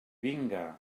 vinga